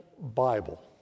Bible